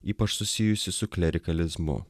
ypač susijusi su klerikalizmu